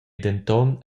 denton